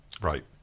Right